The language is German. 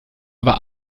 aber